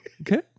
Okay